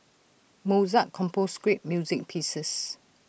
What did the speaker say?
Mozart composed great music pieces